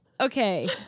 Okay